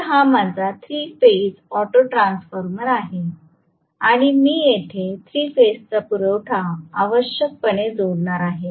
तर हा माझा 3 फेज ऑटो ट्रान्सफॉर्मर आहे आणि मी येथे 3 फेजचा पुरवठा आवश्यकपणे जोडणार आहे